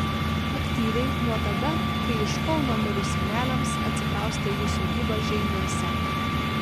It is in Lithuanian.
aktyviai nuo tada kai iš kauno mirus seneliams atsikraustė į jų sodybą žeimiuose